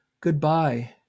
goodbye